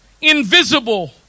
invisible